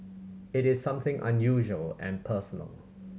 it is something unusual and personal